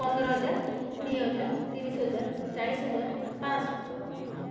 ପନ୍ଦର ହଜାର କୋଡ଼ିଏ ହଜାର ତିରିଶ ହଜାର ଚାଳିଶ ହଜାର ପାଞ୍ଚଶହ